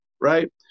right